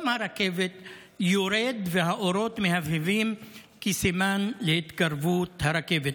הרכבת יורד והאורות מהבהבים כסימן להתקרבות הרכבת.